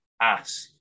ask